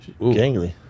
gangly